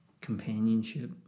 companionship